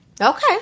Okay